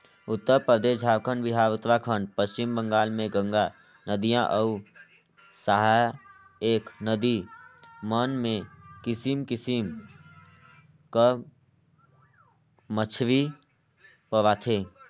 उत्तरपरदेस, झारखंड, बिहार, उत्तराखंड, पच्छिम बंगाल में गंगा नदिया अउ सहाएक नदी मन में किसिम किसिम कर मछरी पवाथे